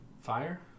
fire